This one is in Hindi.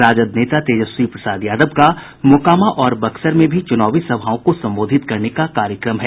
राजद नेता तेजस्वी प्रसाद यादव का मोकामा और बक्सर में भी चुनावी सभाओं को संबोधित करने का कार्यक्रम है